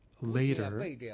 later